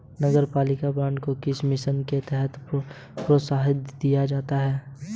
नगरपालिका बॉन्ड को किस मिशन के तहत प्रोत्साहन दिया जा रहा है?